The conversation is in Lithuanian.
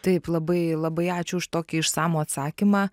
taip labai labai ačiū už tokį išsamų atsakymą